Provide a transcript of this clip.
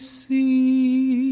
see